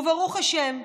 וברוך השם,